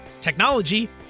technology